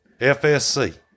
FSC